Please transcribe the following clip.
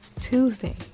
Tuesday